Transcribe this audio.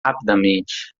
rapidamente